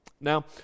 Now